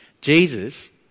Jesus